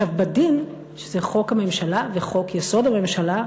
עכשיו, בדין, שזה חוק הממשלה וחוק-יסוד: הממשלה,